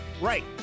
Right